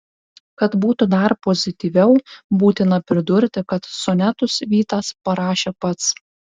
kad būtų dar pozityviau būtina pridurti kad sonetus vytas parašė pats